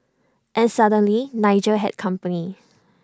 and suddenly Nigel had company